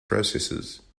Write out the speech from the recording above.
processes